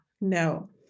No